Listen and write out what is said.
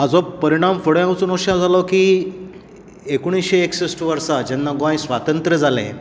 हाजो परीणाम फुडें वचून अशें जालो की एकोणिशें एकसश्ट वर्सा जेन्ना गोंय स्वातंत्र जाले